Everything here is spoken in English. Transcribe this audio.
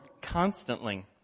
constantly